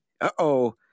Uh-oh